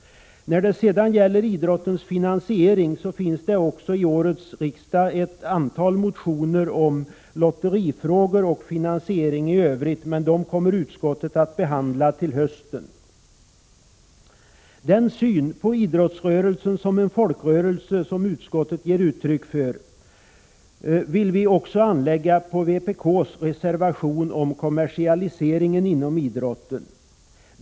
När det gäller idrottens finansiering finns också till årets riksdag ett antal motioner om lotterifrågor och finansiering i övrigt, men dem kommer utskottet att behandla till hösten. Samma syn på idrottsrörelsen som en folkrörelse, som själv bestämmer över sina angelägenheter, kan vi anlägga på vpk:s reservation om kommersialiseringen inom idrotten.